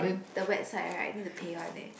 then the website right need to pay one leh